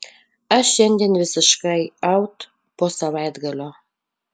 aš šiandien visiškai aut po savaitgalio